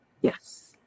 Yes